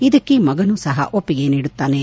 ಇದಕ್ಕೆ ಮಗನೂ ಸಹ ಒಪ್ಪಿಗೆ ನೀಡುತ್ತಾನೆ